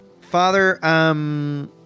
Father